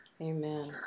amen